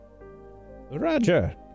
Roger